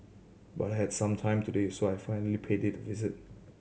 but I had some time today so I finally paid it a visit